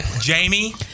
jamie